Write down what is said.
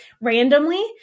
randomly